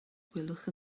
gwelwch